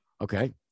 okay